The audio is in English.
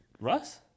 Russ